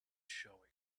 showing